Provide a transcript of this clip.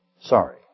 sorry